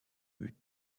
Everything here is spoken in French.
buts